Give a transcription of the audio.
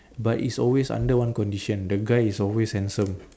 but it's always under one condition the guy is always handsome